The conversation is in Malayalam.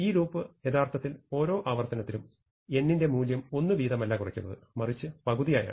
ഈ ലൂപ്പ് യഥാർത്ഥത്തിൽ ഓരോ ആവർത്തനത്തിലും n ന്റെ മൂല്യം 1 വീതമല്ല കുറയ്ക്കുന്നത് മറിച്ച് പകുതിയായാണ്